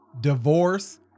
Divorce